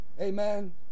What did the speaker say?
Amen